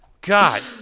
God